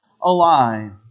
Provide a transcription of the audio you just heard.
alive